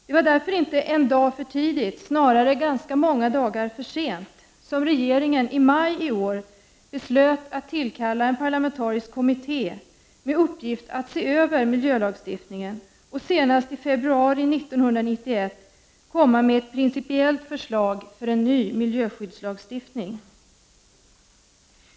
Det var därför inte en dag för tidigt, snarare ganska många dagar för sent, som regeringen i maj i år beslöt att tillkalla en parlamentarisk kommitté med uppgift att se över miljölagstiftningen och senast i februari 1991 lägga fram ett principiellt förslag till en ny miljöskyddslagstiftning.